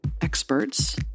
experts